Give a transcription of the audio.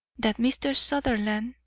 that mr. sutherland,